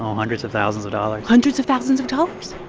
hundreds of thousands of dollars hundreds of thousands of dollars?